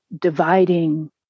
dividing